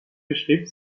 beschrieb